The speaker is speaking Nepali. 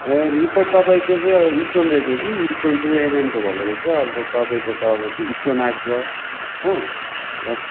ए रिपोर्ट तपाईँको चाहिँ स्टोन रहेछ कि स्टोन टू एमएमको भएको रहेछ अन्त तपाईँको त अब त्यो स्टोन आएको छ हो र